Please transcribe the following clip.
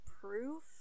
proof